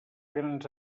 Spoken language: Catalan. grans